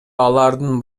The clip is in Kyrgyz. алардын